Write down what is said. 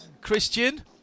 Christian